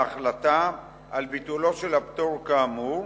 בהחלטה על ביטולו של הפטור כאמור,